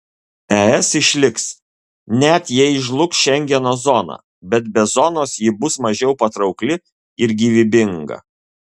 es išliks net jei žlugs šengeno zona bet be zonos ji bus mažiau patraukli ir gyvybinga